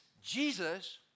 Jesus